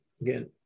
again